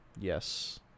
yes